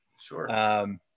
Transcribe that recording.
Sure